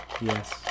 Yes